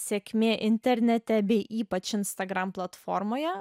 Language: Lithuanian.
sėkmė internete bei ypač instagram platformoje